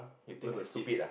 where got cheap